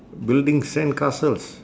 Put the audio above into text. building sandcastles